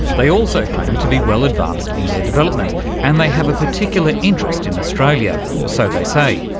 they also claim to be well advanced in their development and they have a particular interest in australia, or so they say.